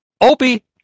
Opie